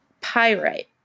pyrite